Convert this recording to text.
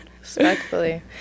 respectfully